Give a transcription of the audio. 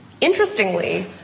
interestingly